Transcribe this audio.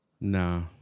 Nah